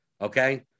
Okay